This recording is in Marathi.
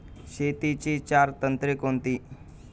शेतीची चार तंत्रे कोणती?